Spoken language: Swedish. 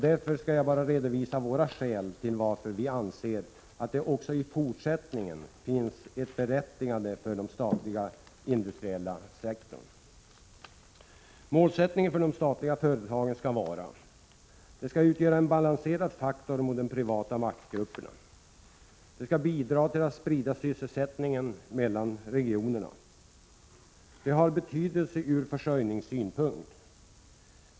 Därför skall jag bara redovisa våra skäl till varför vi anser att det också i fortsättningen finns ett berättigande för en statlig industriell sektor. Målsättningen för de statliga företagen skall vara: & De skall utgöra en balanserad faktor mot de privata maktgrupperna. & De skall bidra till att sprida sysselsättningen mellan regionerna. & De har betydelse ur försörjningssynpunkt.